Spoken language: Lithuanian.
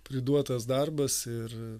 priduotas darbas ir